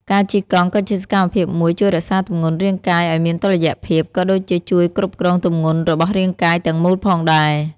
ការជិះកង់ក៏ជាសកម្មភាពមួយជួយរក្សាទម្ងន់រាងកាយឱ្យមានតុល្យភាព ក៏ដូចជាជួយគ្រប់គ្រងទម្ងន់របស់រាងកាយទាំងមូលផងដែរ។